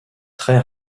très